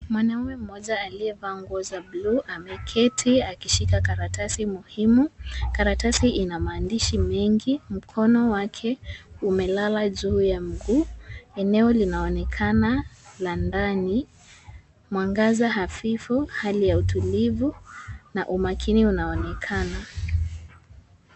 Mwanaume mmoja aliyevaa nguo za bluu ameketi akishika karatasi muhimu. Karatasi ina maandishi mengi, mkono wake umelala juu ya mguu, eneo linaonekana la ndani, mwangaza hafifu, hali ya utulivu na umakini unaonekana.